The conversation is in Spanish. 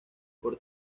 por